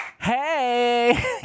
hey